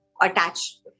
attached